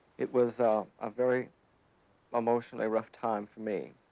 it was a very emotionally rough time for me